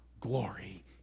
glory